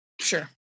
Sure